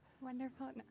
Wonderful